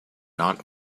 not